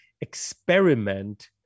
experiment